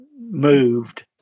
moved